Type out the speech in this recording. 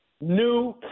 new